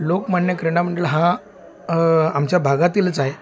लोकमान्य क्रिडामंडळ हा आमच्या भागातीलच आहे